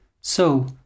So